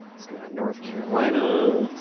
let's go to north carolina.